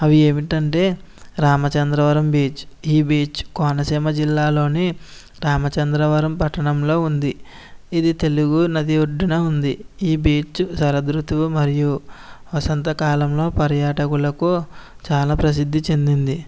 అవి ఏమిటంటే రామచంద్రవరం బీచ్ ఈ బీచ్ కోనసీమ జిల్లాలోని రామచంద్రవరం పట్టణంలో ఉంది ఇది తెలుగు నది ఒడ్డున ఉంది ఈ బీచ్ శరదృతువు మరియు వసంతకాలంలో పర్యాటకులకు చాలా ప్రసిద్ది చెందింది